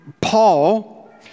Paul